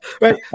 Right